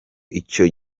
icyo